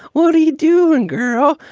what do you do, and girl?